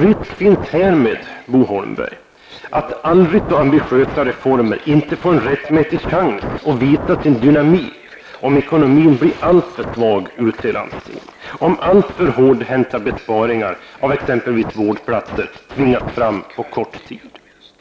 Risk finns härmed, Bo Holmberg, att aldrig så ambitiösa reformer inte får en rättmätig chans att visa sin dynamik om ekonomin blir alltför svag ute i landstingen, om alltför hårdhänta besparingar av exempelvis vårdplatser tvingas fram på kort tid.